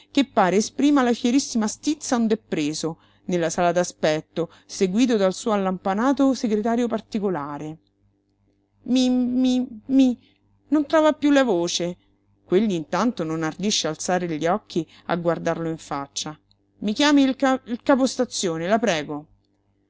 che pare esprima la fierissima stizza ond'è preso nella sala d'aspetto seguito dal suo allampanato segretario particolare mi mi on trova piú la voce quegli intanto non ardisce alzare gli occhi a guardarlo in faccia i chiami il ca il capostazione la prego